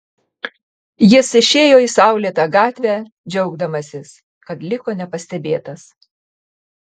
jis išėjo į saulėtą gatvę džiaugdamasis kad liko nepastebėtas